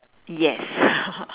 yes